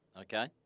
Okay